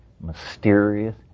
mysterious